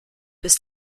ist